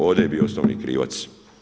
Ovdje je bio osnovni krivac.